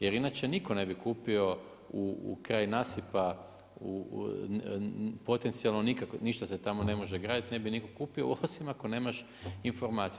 Jer inače nitko ne bi kupio kraj nasipa potencijalno ništa se tamo ne može graditi, ne bi nitko kupio, osim ako nemaš informaciju.